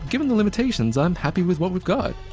given the limitations i'm happy with what we've got.